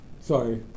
Sorry